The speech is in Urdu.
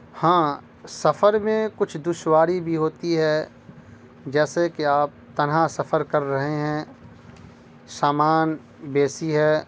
ہاں سفر میں کچھ دشواری بھی ہوتی ہے جیسے کہ آپ تنہا سفر کر رہے ہیں سامان بیسی ہے